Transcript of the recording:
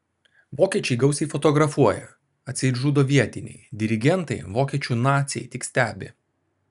vokiečiai gausiai fotografuoja atseit žudo vietiniai dirigentai vokiečių naciai tik stebi